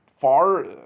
far